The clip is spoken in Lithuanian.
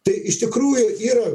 tai iš tikrųjų yra